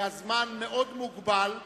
והזמן מאוד מוגבל,